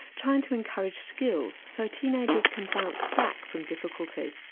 trying to encourage skills so teenagers can bounce back from difficulty.